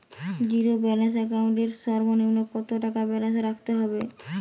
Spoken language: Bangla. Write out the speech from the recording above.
জীরো ব্যালেন্স একাউন্ট এর সর্বনিম্ন কত টাকা ব্যালেন্স রাখতে হবে?